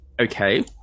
Okay